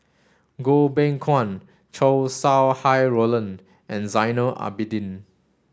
Goh Beng Kwan Chow Sau Hai Roland and Zainal Abidin